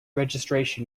registration